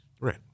right